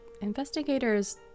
investigators